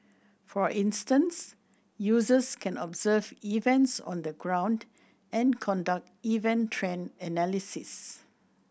for instance users can observe events on the ground and conduct event trend analysis